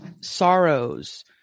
sorrows